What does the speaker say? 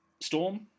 Storm